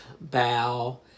bow